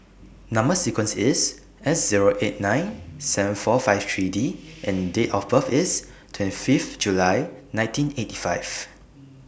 Number sequence IS S Zero eight nine seven four five three D and Date of birth IS twenty Fifth July nineteen eighty five